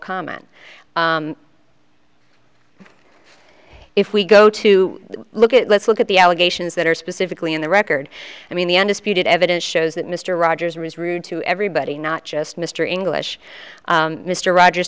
comment if we go to look at let's look at the allegations that are specifically in the record i mean the undisputed evidence shows that mr rogers was rude to everybody not just mr english mr rogers